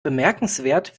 bemerkenswert